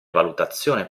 valutazione